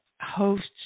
hosts